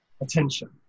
attention